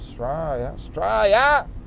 Australia